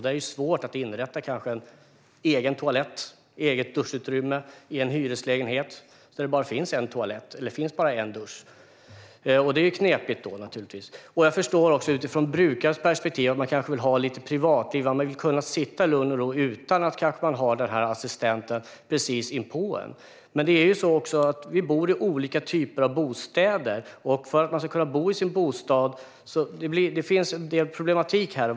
Det är svårt att inrätta en egen toalett eller ett eget duschutrymme i en hyreslägenhet där det bara finns en toalett eller bara en dusch. Det är naturligtvis knepigt. Den andra parten är brukaren. Jag förstår också utifrån brukarens perspektiv att man kanske vill ha lite privatliv. Man vill kunna sitta i lugn och ro utan att ha assistenten precis inpå en. Men det är ju så att vi bor i olika typer av bostäder, och det finns en viss problematik här.